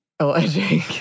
alleging